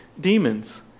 demons